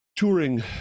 touring